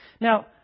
Now